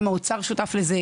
גם האוצר שותף לזה,